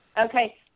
Okay